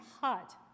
hot